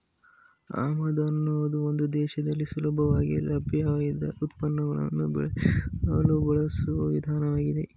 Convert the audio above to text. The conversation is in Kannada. ಆಮದು ಅನ್ನೋದು ಒಂದು ದೇಶದಲ್ಲಿ ಸುಲಭವಾಗಿ ಲಭ್ಯವಿಲ್ಲದ ಉತ್ಪನ್ನಗಳನ್ನು ಪಡೆಯಲು ಬಳಸುವ ವಿಧಾನವಾಗಯ್ತೆ